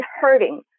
hurting